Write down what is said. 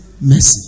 mercy